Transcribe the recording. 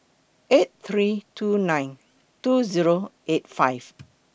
eight three two nine two Zero eight five